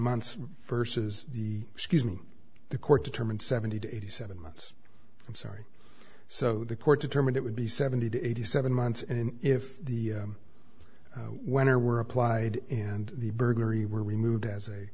months versus the excuse me the court determined seventy to eighty seven months i'm sorry so the court determined it would be seventy to eighty seven months and if the when or were applied and the burglary were removed as a